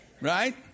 Right